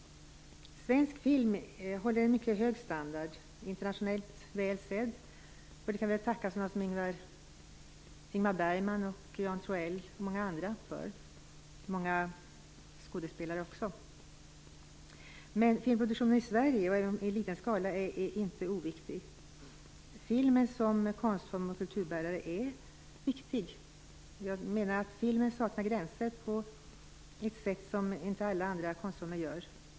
Svensk film håller en mycket hög standard. Den är internationellt väl sedd, och det kan vi tacka Ingmar Bergman, Jan Troell och åtskilliga andra - också många skådespelare - för. Men inte heller filmproduktionen i liten skala i Sverige är oviktig. Filmen som konstform och kulturbärare är viktig. Jag menar att filmen saknar gränser på ett sätt som inte är fallet i alla andra konstformer.